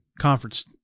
conference